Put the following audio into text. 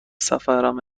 سفرم